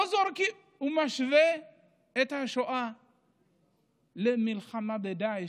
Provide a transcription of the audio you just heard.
הוא משווה את השואה למלחמה בדאעש.